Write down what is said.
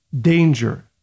danger